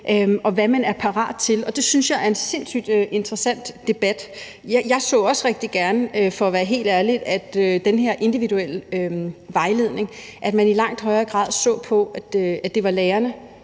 og hvad man er parat til. Det synes jeg er en sindssygt interessant debat. Jeg så også rigtig gerne for at være helt ærlig, at man i den her individuelle vejledning i langt højere grad så på, at det var lærerne,